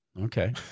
Okay